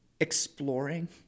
exploring